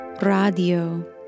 radio